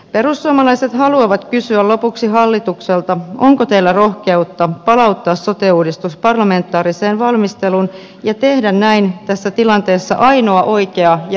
perussuomalaiset haluavat kysyä lopuksi hallitukselta onko teillä rohkeutta palauttaa sote uudistus parlamentaariseen valmisteluun ja tehdä näin tässä tilanteessa ainoa oikea ja viisas ratkaisu